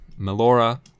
Melora